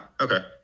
okay